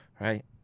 right